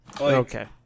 okay